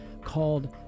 called